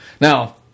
Now